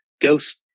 ghost